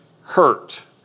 hurt